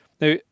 Now